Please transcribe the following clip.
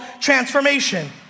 transformation